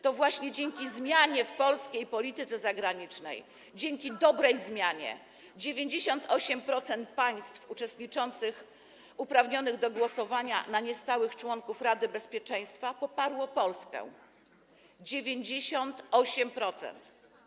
To właśnie dzięki zmianie w polskiej polityce zagranicznej, dzięki dobrej zmianie 98% państw uczestniczących, uprawnionych do głosowania na niestałych członków Rady Bezpieczeństwa poparło Polskę, 98%.